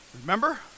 Remember